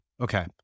Okay